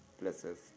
places